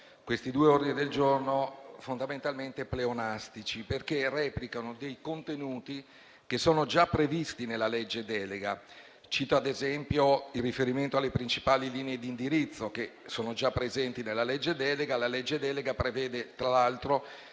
questi due ordini del giorno fondamentalmente pleonastici, perché replicano alcuni contenuti già previsti nella legge delega. Cito ad esempio il riferimento alle principali linee di indirizzo, che sono già presenti nella legge delega, la quale già prevede, tra l'altro,